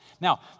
Now